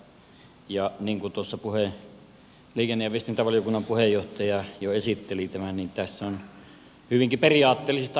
niin kuin tuossa liikenne ja viestintävaliokunnan puheenjohtaja tämän jo esitteli tässä on hyvinkin periaatteellisista asioista kysymys